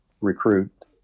recruit